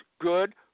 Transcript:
good